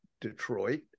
Detroit